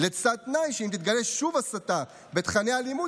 לצד תנאי שאם תתגלה שוב הסתה בתוכני הלימוד,